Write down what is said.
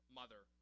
mother